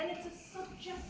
and it's just